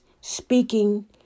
speaking